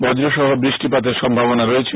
বজ্র সহ বৃষ্টিপাতের সম্ভাবনা রয়েছে